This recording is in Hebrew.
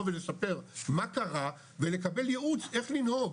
ולספר מה קרה ולקבל יעוץ איך לנהוג,